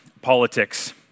politics